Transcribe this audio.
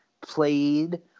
played